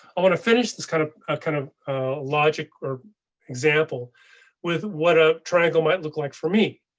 i want to finish this kind of ah kind of logic or example with what a triangle might look like for me,